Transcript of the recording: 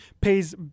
pays